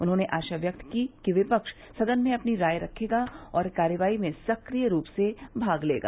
उन्होंने आशा व्यक्त की कि विपक्ष सदन में अपनी राय रखेगा और कार्रवाई में सक्रिय रूप से भाग लेगा